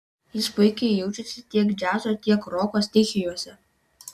jis puikiai jaučiasi tiek džiazo tiek roko stichijose